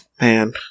Man